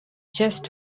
chest